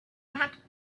that